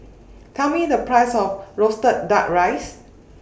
Tell Me The Price of Roasted Duck Rice